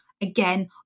Again